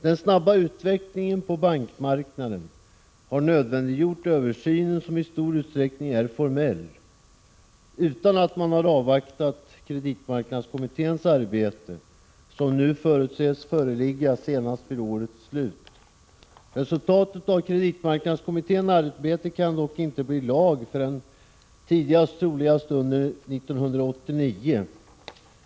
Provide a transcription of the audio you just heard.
Den snabba utvecklingen på bankmarknaden har nödvändiggjort denna översyn, som i stor utsträckning är formell, utan att man har avvaktat kreditmarknadskommitténs arbete, som nu förutses föreligga senast vid årets slut. Resultatet av kreditmarknadskommitténs arbete kan dock inte bli lag förrän troligast tidigast under 1989.